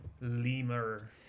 Lemur